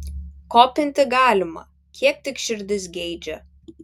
kopinti galima kiek tik širdis geidžia